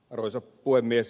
arvoisa puhemies